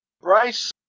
Bryce